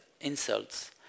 insults